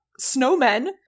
snowmen